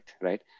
Right